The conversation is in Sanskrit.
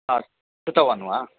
हा श्रुतवान् वा